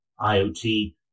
IoT